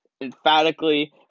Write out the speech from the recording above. emphatically